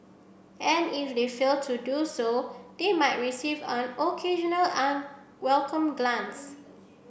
and if they fail to do so they might receive an occasional unwelcome glance